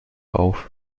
auf